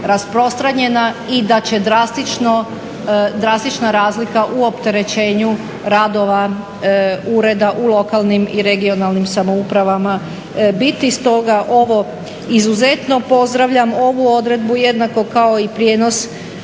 rasprostranjena i da će drastična razlika u opterećenju radova ureda u lokalnim i regionalnim samoupravama biti. Stoga ovo izuzetno pozdravljam ovu odredbu jednako kao i prijenos